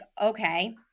okay